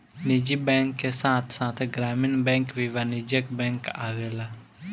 निजी बैंक के साथ साथ ग्रामीण बैंक भी वाणिज्यिक बैंक आवेला